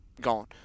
gone